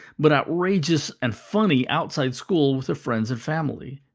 but outrageous and funny outside school with her friends and family.